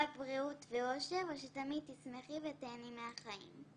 רק בריאות ואושר ושתמיד תשמחי ותיהני מהחיים.